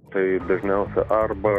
tai dažniausia arba